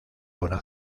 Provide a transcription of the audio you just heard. una